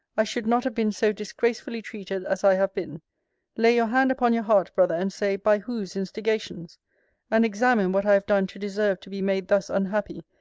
i should not have been so disgracefully treated as i have been lay your hand upon your heart, brother, and say, by whose instigations and examine what i have done to deserve to be made thus unhappy,